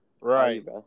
right